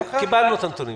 קיבלנו את הנתונים.